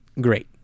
great